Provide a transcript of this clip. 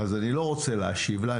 אני לא רוצה להשיב לה.